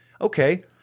Okay